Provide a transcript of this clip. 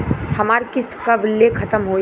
हमार किस्त कब ले खतम होई?